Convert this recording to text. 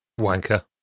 Wanker